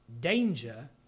danger